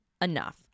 enough